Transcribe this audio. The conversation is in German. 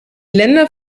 länder